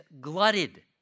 glutted